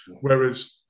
Whereas